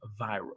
viral